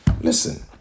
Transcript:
listen